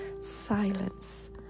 silence